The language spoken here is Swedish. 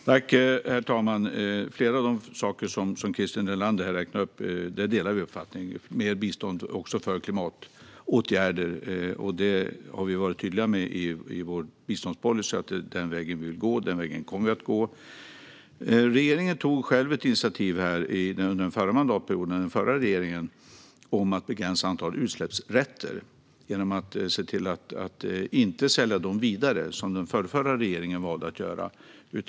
Herr talman! Vi delar uppfattning om flera av de saker som Christer Nylander räknar upp. Det gäller också bistånd för klimatåtgärder. Det har vi varit tydliga med i vår biståndspolicy att det är den vägen vi vill gå och den vägen vi kommer att gå. Den förra regeringen tog själv ett initiativ under den förra mandatperioden om att begränsa antalet utsläppsrätter genom att se till att inte sälja dem vidare som den förrförra regeringen valde att göra.